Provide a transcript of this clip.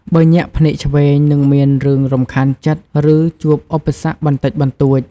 បើ ញាក់ភ្នែកឆ្វេង នឹងមានរឿងរំខានចិត្ត ឬជួបឧបសគ្គបន្តិចបន្តួច។